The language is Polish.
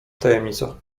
tajemnica